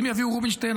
אם יביאו רובינשטיין,